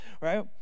right